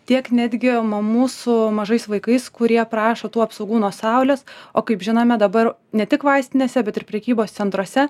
tiek netgi mamų su mažais vaikais kurie prašo tų apsaugų nuo saulės o kaip žinome dabar ne tik vaistinėse bet ir prekybos centruose